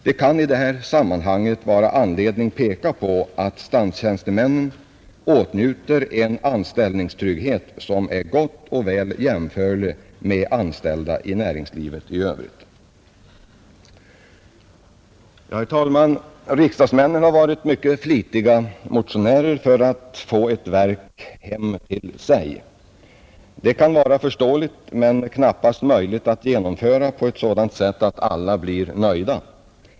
Det kan i detta sammanhang vara anledning peka på att statstjänstemännen åtnjuter en anställningstrygghet som är gott och väl jämförlig med den som anställda i näringslivet i övrigt har. Herr talman! Riksdagsmännen har varit mycket flitiga motionärer för att få ett verk hem till sig. Det kan vara förståeligt men knappast möjligt att genomföra på ett sådant sätt att alla blir nöjda.